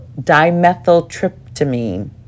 Dimethyltryptamine